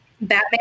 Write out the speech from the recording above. Batman